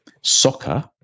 soccer